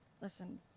listen